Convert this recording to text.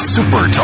Super